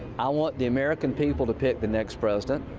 i want the american people to pick the next president.